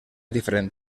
diferent